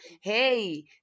hey